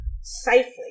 safely